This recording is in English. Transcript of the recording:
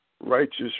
righteous